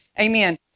Amen